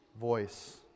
voice